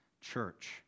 church